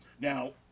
Now